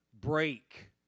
break